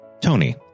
Tony